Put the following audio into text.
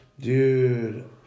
dude